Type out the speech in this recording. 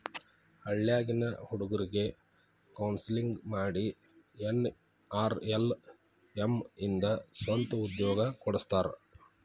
ಹಳ್ಳ್ಯಾಗಿನ್ ಹುಡುಗ್ರಿಗೆ ಕೋನ್ಸೆಲ್ಲಿಂಗ್ ಮಾಡಿ ಎನ್.ಆರ್.ಎಲ್.ಎಂ ಇಂದ ಸ್ವಂತ ಉದ್ಯೋಗ ಕೊಡಸ್ತಾರ